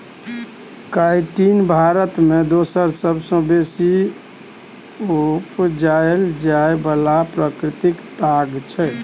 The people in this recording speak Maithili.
काइटिन भारत मे दोसर सबसँ बेसी उपजाएल जाइ बला प्राकृतिक ताग छै